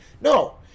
No